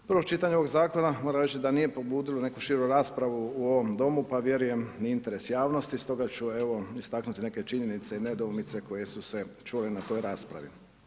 Prvo čitanje ovog zakona moram reći da nije pobudilo neku širu raspravu u ovom Domu pa vjerujem ni interes javnosti, stoga ću istaknuti neke činjenice i nedoumice koje su se čule na toj raspravi.